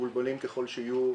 מבולבלים ככל שיהיו,